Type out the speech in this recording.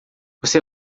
você